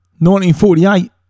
1948